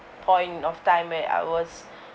point of time where I was